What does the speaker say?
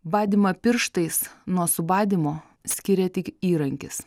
badymą pirštais nuo subadymo skiria tik įrankis